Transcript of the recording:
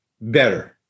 better